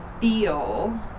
feel